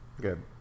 good